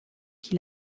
qui